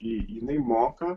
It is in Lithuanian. jinai moka